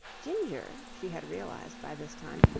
ginger, she had realized by this time,